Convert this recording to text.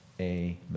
Amen